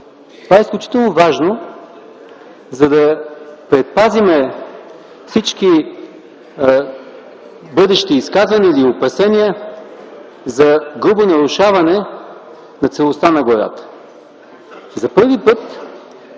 Това е изключително важно, за да се предпазим от всички бъдещи опасения за грубо нарушаване на целостта на гората. За първи път